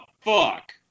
fuck